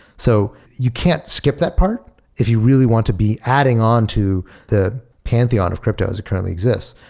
so you can't skip that part if you really want to be adding on to the pantheon of crypto as it currently exists.